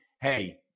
hey